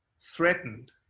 threatened